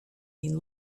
been